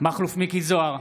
מכלוף מיקי זוהר,